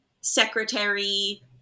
secretary